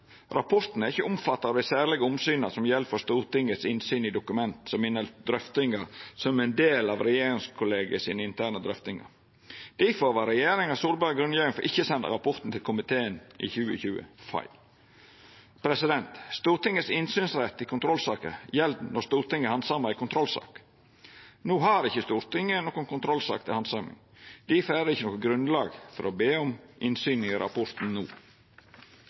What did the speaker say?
Rapporten er ikkje omfatta av dei særlege omsyna som gjeld Stortingets innsyn i dokument som inneheld drøftingar som er ein del av regjeringskollegiet sine interne drøftingar. Difor var regjeringa Solbergs grunngjeving for å ikkje senda rapporten til komiteen i 2020 feil. Stortingets innsynsrett i kontrollsaker gjeld når Stortinget handsamar ei kontrollsak. No har ikkje Stortinget nokon kontrollsak til handsaming. Difor er det ikkje noko grunnlag for å be om innsyn i rapporten no.